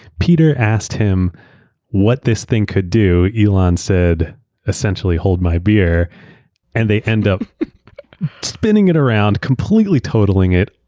peter asked him what this thing could do. elon said essentially hold my beer and they end up spinning it around completely totaling it,